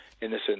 innocent